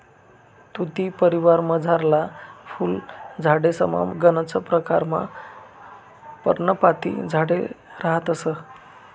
तुती परिवारमझारला फुल झाडेसमा गनच परकारना पर्णपाती झाडे रहातंस